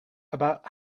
about